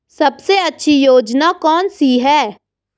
सबसे अच्छी योजना कोनसी है?